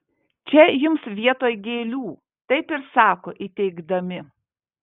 čia jums vietoj gėlių taip ir sako įteikdami